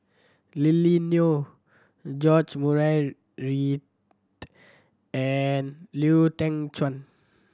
Lily Neo George Murray Reith and Lau Teng Chuan